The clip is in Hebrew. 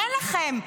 אין לכם.